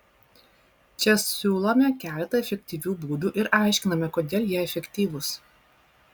čia siūlome keletą efektyvių būdų ir aiškiname kodėl jie efektyvūs